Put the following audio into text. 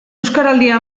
euskaraldia